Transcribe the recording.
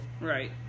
Right